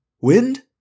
Wind